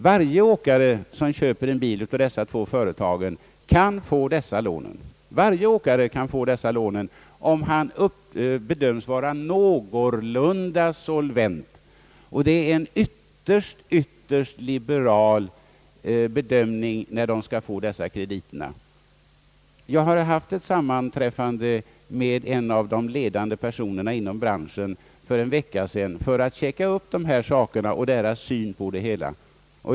Varje åkare som köper en bil av dessa två företag kan få sådana lån, om han bedöms vara någorlunda solvent, och man tillämpar en ytterst liberal bedömning när dessa krediter skall beviljas. Jag har haft ett sammanträffande med en av de ledande personerna inom branschen för att checka upp dessa förhållanden och få en uppfattning om branschföretagens syn på det hela.